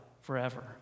forever